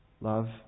Love